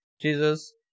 Jesus